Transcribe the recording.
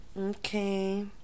Okay